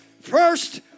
First